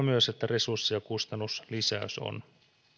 myös että resurssi ja kustannuslisäys on